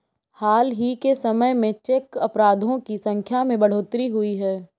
हाल ही के समय में चेक अपराधों की संख्या में बढ़ोतरी हुई है